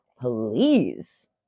Please